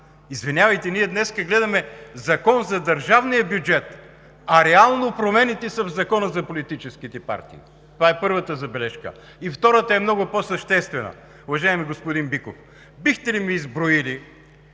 Извинявайте, ние днес гледаме Закона за държавния бюджет, а реално промените са в Закона за политическите партии – това е първата забележка. Втората е много по-съществена. Уважаеми господин Биков, бихте ли ми изброили